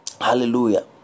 Hallelujah